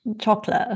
Chocolate